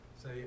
say